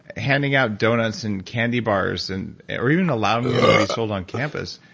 handing out doughnuts and candy bars, and or even allowing them to be sold on campus,